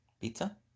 Pizza